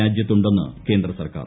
രാജ്യത്തുണ്ടെന്ന് കേന്ദ്ര സർക്കാർ